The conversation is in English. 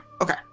okay